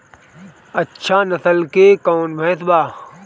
अच्छा नस्ल के कौन भैंस बा?